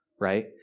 right